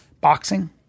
Boxing